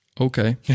okay